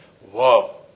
Whoa